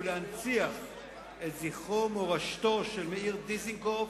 ולהנציח את זכרו ומורשתו של מאיר דיזנגוף,